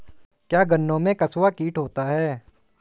क्या गन्नों में कंसुआ कीट होता है?